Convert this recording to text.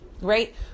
right